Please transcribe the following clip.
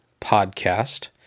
Podcast